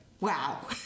wow